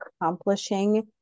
accomplishing